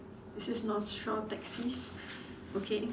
this is North Shore taxis okay